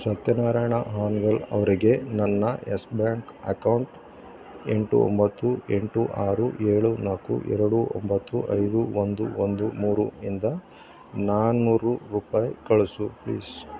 ಸತ್ಯನಾರಾಯಣ ಹಾನಗಲ್ ಅವರಿಗೆ ನನ್ನ Yes Bank account ಎಂಟು ಒಂಬತ್ತು ಎಂಟು ಆರು ಏಳು ನಾಲ್ಕು ಎರಡು ಒಂಬತ್ತು ಐದು ಒಂದು ಒಂದು ಮೂರು ಇಂದ ನಾನ್ನೂರು ರೂಪಾಯಿ ಕಳಿಸು ಪ್ಲೀಸ್